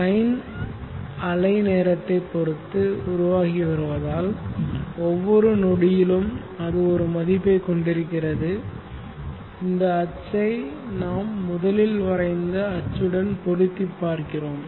sign அலை நேரத்தை பொறுத்து உருவாகி வருவதால் ஒவ்வொரு நொடியிலும் அது ஒரு மதிப்பையும் கொண்டிருக்கிறது இந்த அச்சை நாம் முதலில் வரைந்த அச்சுடன் பொருத்திப் பார்க்கிறோம்